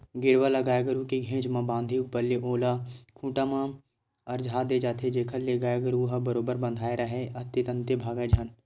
गेरवा ल गाय गरु के घेंच म बांधे ऊपर ले ओला खूंटा म अरझा दे जाथे जेखर ले गाय गरु ह बरोबर बंधाय राहय अंते तंते भागय झन